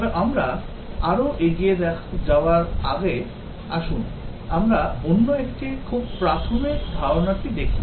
তবে আমরা আরও এগিয়ে যাওয়ার আগে আসুন আমরা অন্য একটি খুব প্রাথমিক ধারণাটি দেখি